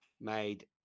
made